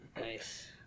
Nice